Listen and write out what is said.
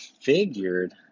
figured